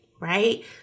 right